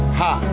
ha